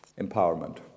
empowerment